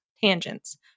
tangents